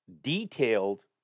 detailed